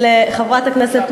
לא, זו חברת הכנסת שטה.